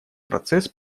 процесс